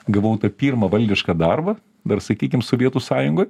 gavau tą pirmą valdišką darbą dar sakykim sovietų sąjungoj